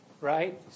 Right